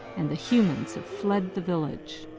and the humans have fled the village.